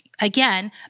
Again